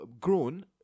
grown